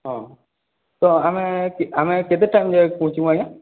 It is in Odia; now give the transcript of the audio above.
ହଁ ତ ଆମେ ଆମେ କେତେ ଟାଇମ୍ରେ ପହଞ୍ଚିମୁ ଆଜ୍ଞା